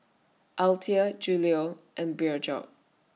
Althea Julio and Bjorn